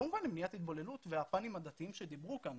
כמובן למניעת התבוללות והפנים הדתיים שדיברו כאן,